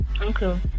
Okay